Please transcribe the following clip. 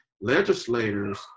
legislators